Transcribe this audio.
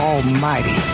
Almighty